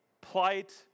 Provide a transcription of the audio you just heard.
plight